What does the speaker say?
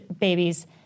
babies